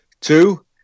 Two